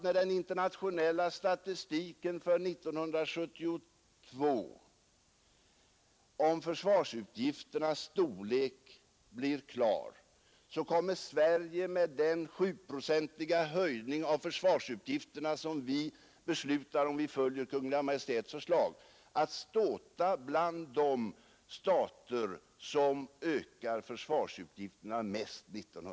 När den internationella statistiken över försvarsutgifternas storlek blir klar för 1972 skulle jag tro att Sverige, med den sjuprocentiga höjning av försvarsutgifterna som vi beslutar om till följd av Kungl. Maj:ts förslag, kommer att ståta med att tillhöra de stater som ökar försvarsutgifterna mest.